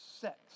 sex